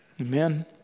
Amen